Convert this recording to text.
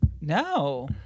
No